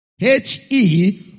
H-E